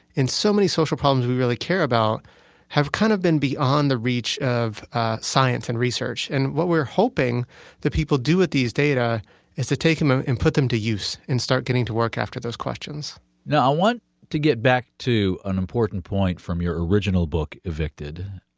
in so many social problems we really care about has kind of been beyond the reach of science and research. and what we're hoping the people do with these data is to take them ah and put them to use, and start getting to work after those questions now, i want to get back to an important point from your original book, evicted.